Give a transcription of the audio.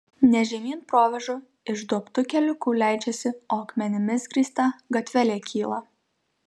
ne žemyn provėžų išduobtu keliuku leidžiasi o akmenimis grįsta gatvele kyla